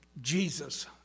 Jesus